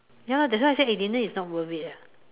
ya lah that's why I say eh dinner is not worth it ah